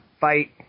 fight